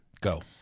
Go